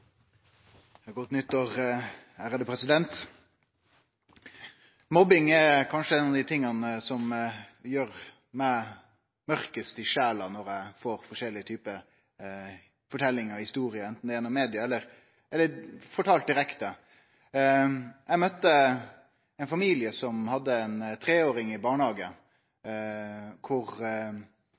som gjer meg mørkast i sjela, når eg får høyre forskjellige typar forteljingar, historier, anten gjennom media eller fortalt direkte. Eg møtte ein familie som hadde ein treåring i barnehage,